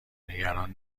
نگران